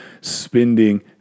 spending